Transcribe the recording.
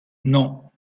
non